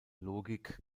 logik